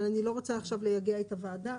אבל אני לא רוצה עכשיו לייגע את הוועדה,